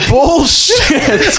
Bullshit